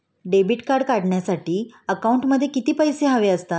Debit card काढण्यासाठी अकाउंटमध्ये किती पैसे हवे असतात?